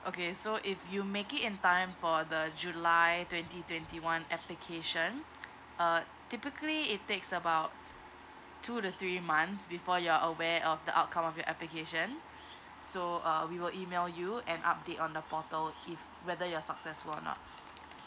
okay so if you make it in time for the july twenty twenty one application uh typically it takes about two to three months before you're aware of the outcome of your application so uh we will email you and update on the portal if whether you're successful or not